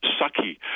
sucky